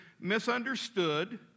misunderstood